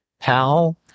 pal